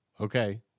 okay